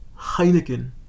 Heineken